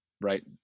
right